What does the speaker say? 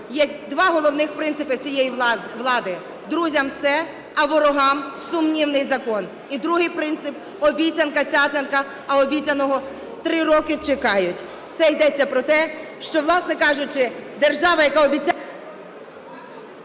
Є два головних принципи у цієї влади. Друзям – все, а ворогам – сумнівний закон. І другий принцип: обіцянка-цяцянка, а обіцяного три роки чекають. Це йдеться про те, що, власне кажучи, держава, яка…